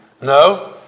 No